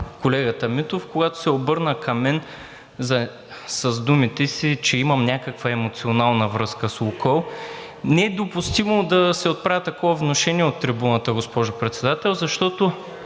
колегата Митов, когато се обърна към мен с думите си, че имам някаква емоционална връзка с „Лукойл“. Не е допустимо да се отправя такова внушение от трибуната, госпожо Председател, защото